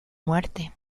muerte